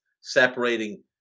separating